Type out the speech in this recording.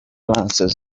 glasses